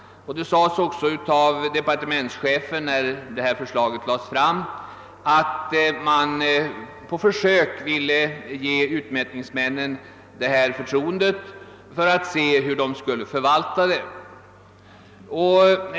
När lagförslaget framlades, sade departementschefen att man på försök skulle ge utmätningsmännen detta förtroende för att se hur de skulle förvalta sitt uppdrag.